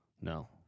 No